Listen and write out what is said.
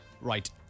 Right